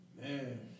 Man